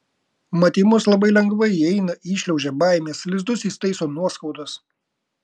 mat į mus labai lengvai įeina įšliaužia baimės lizdus įsitaiso nuoskaudos